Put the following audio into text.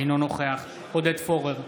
אינו נוכח עודד פורר,